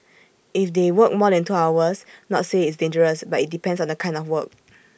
if they work more than two hours not say it's dangerous but IT depends on the kind of work